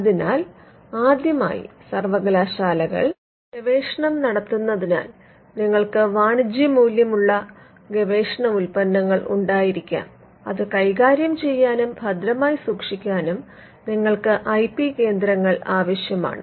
അതിനാൽ ആദ്യമായി സർവ്വകലാശാലകൾ ഗവേഷണം നടത്തുന്നതിനാൽ നിങ്ങൾക്ക് വാണിജ്യ മൂല്യമുള്ള ഗവേഷണ ഉൽപ്പന്നങ്ങൾ ഉണ്ടായിരിക്കാം അത് കൈകാര്യം ചെയ്യാനും ഭദ്രമായി സൂക്ഷിക്കാനും നിങ്ങൾക്ക് ഐ പി കേന്ദ്രങ്ങൾ ആവശ്യമാണ്